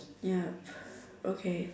yup okay